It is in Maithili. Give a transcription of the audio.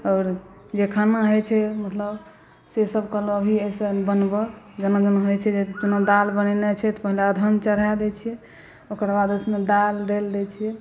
आओर जे खाना होइ छै मतलब से सब कहलहुँ अभी अइसन बनबऽ जेना जेना होइ छै जेना दालि बनेनाइ छै तऽ पहिने अदहन चढ़ा दै छिए ओकर बाद उसमे दालि डालि दै छिए